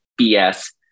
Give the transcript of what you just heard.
BS